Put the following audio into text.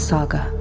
Saga